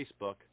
Facebook